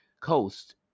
Coast